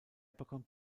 bekommt